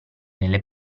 nelle